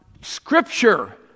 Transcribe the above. Scripture